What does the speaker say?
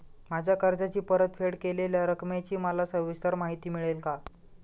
माझ्या कर्जाची परतफेड केलेल्या रकमेची मला सविस्तर माहिती मिळेल का?